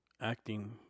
acting